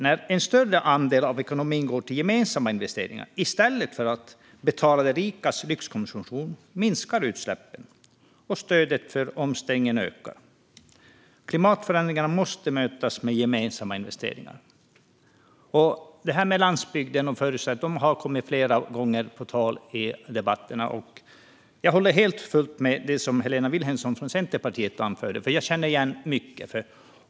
När en större andel av ekonomin går till gemensamma investeringar och inte till att betala för de rikas lyxkonsumtion minskar utsläppen, och stödet till omställningen ökar. Klimatförändringarna måste mötas med gemensamma investeringar. Landsbygdens förutsättningar har kommit på tal flera gånger i debatterna. Jag håller helt och fullt med om det Helena Vilhelmsson från Centerpartiet anförde, för jag känner igen mycket av det.